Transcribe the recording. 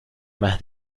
más